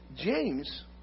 James